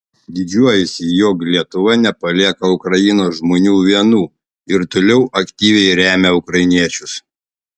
didžiuojuosi jog lietuva nepalieka ukrainos žmonių vienų ir toliau aktyviai remia ukrainiečius